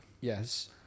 Yes